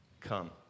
Come